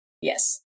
Yes